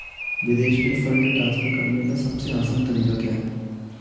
विदेश में fund transfer करने का सबसे आसान तरीका क्या है?